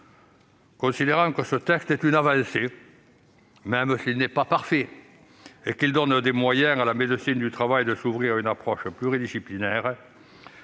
Considérant que ce texte représente une avancée, même s'il n'est pas parfait, et qu'il donne à la médecine du travail les moyens de s'ouvrir à une approche pluridisciplinaire